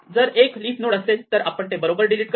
जर leaf node असेल तर आपण ते बरोबर डिलीट करतो